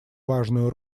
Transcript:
важную